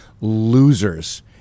losers